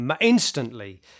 instantly